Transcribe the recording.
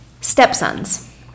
stepsons